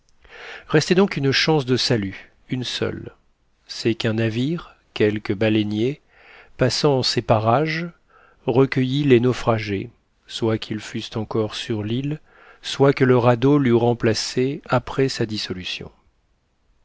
restait donc une chance de salut une seule c'est qu'un navire quelque baleinier passant en ces parages recueillît les naufragés soit qu'ils fussent encore sur l'île soit que le radeau l'eût remplacée après sa dissolution